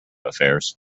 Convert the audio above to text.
affairs